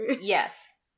Yes